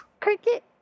cricket